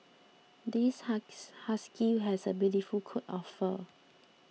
this husky has a beautiful coat of fur